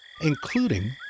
including